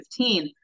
2015